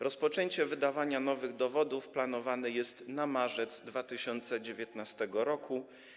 Rozpoczęcie wydawania nowych dowodów planowane jest na marzec 2019 r.